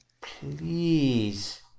please